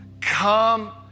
come